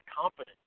confident